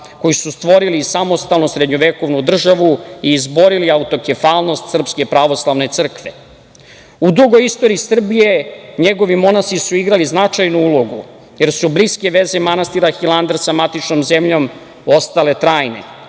koji su stvorili samostalnu srednjevekovnu državu i izborili autokefalnost Srpske pravoslavne crkve.U dugoj istoriji Srbije njegovi monasi su igrali značajnu ulogu, jer su bliske veze manastira Hilandar sa matičnom zemljom ostale trajne.